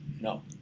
No